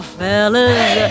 fellas